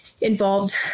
involved